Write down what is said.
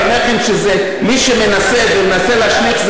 מי שמנסה להשליך,